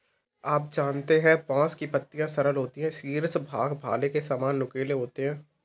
आप जानते है बांस की पत्तियां सरल होती है शीर्ष भाग भाले के सामान नुकीले होते है